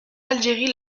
algérie